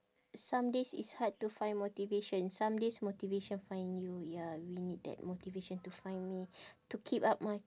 some days it's hard to find motivation some days motivation find you ya we need that motivation to find me to keep up my